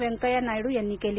व्यंकयया नायडू यांनी केली